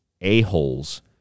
a-holes